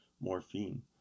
morphine